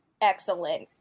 excellent